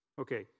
Okay